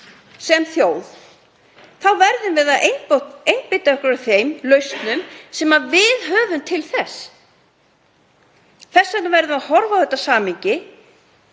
sem þjóð verðum við að einbeita okkur að þeim lausnum sem við höfum til þess. Þess vegna verðum við horfa á þetta samhengi,